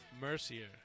Mercier